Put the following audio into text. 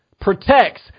protects